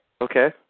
Okay